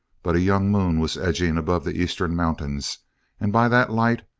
but a young moon was edging above the eastern mountains and by that light,